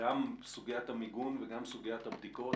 גם סוגיית המיגון וגם סוגיית הבדיקות,